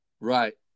Right